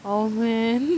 oh man